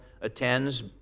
attends